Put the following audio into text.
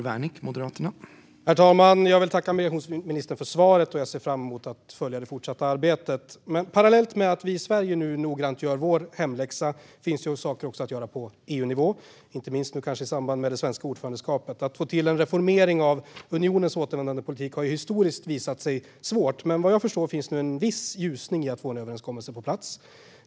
Herr talman! Jag vill tacka migrationsministern för svaret, och jag ser fram emot att följa det fortsatta arbetet. Men parallellt med att vi i Sverige nu noggrant gör vår hemläxa finns ju saker att göra på EU-nivå, inte minst kanske i samband med det svenska ordförandeskapet. Att få till en reformering av unionens återvändandepolitik har ju historiskt visat sig svårt, men vad jag förstår finns nu en viss ljusning när det gäller att få en överenskommelse på plats.